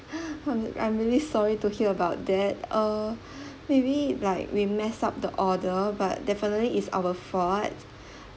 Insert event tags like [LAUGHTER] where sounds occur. [NOISE] I'm I'm really sorry to hear about that err maybe like we messed up the order but definitely it's our fault